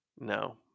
No